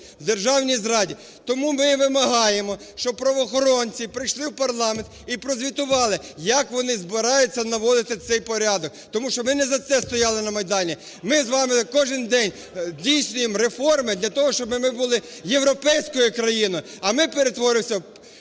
в державній зраді. Тому ми вимагаємо, щоб правоохоронці прийшли в парламент і прозвітували як вони збираються наводити цей порядок. Тому що ми не за це стояли на Майдані. Ми з вами кожен день здійснюємо реформи для того, щоби ми були європейською країною, а ми перетворюємося в